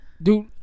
Dude